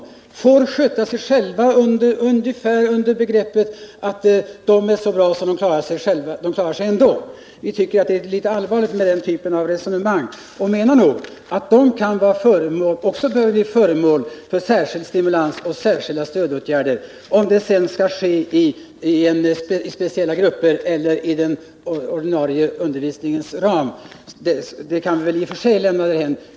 De lämnas att sköta sig själva med den bakomliggande tanken: De är så bra, så de klarar sig ändå. Vi tycker det är allvarligt med den typen av resonemang. De bör också få särskild stimulans och bli föremål för särskilda stödåtgärder. På vilket sätt detta skall ske, om de skall delas upp i speciella grupper eller om det skall ske inom den ordinarie undervisningens ram, kan vi lämna därhän.